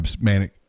manic